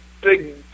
big